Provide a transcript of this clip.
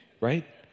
Right